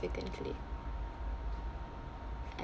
significantly and